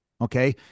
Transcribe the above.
Okay